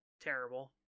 terrible